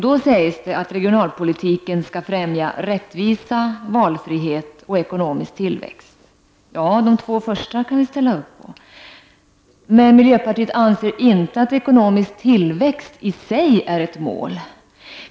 Då sägs att regionalpolitiken skall främja rättvisa, valfrihet och ekonomisk tillväxt. De två första kan vi ställa upp på. Men miljöpartiet anser inte att ekonomisk tillväxt i sig är ett mål.